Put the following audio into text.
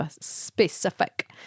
specific